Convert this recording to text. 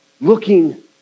looking